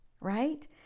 right